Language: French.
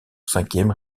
cinquième